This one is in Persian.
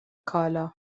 کالا